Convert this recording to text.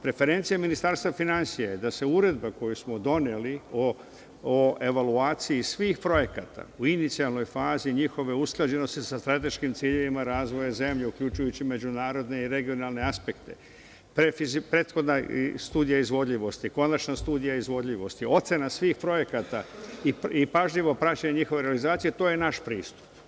Preferencija Ministarstva finansija je da se Uredba koju smo doneli o evaluaciji svih projekata u inicijalnoj fazi njihove usklađenosti sa strateškim ciljevima razvoja zemlje, uključujući međunarodne i regionalne aspekte, prethodna Studija izvodljivosti, konačna Studija izvodljivosti, ocena svih projekata i pažljivo praćenje njihove realizacije, to je naš pristup.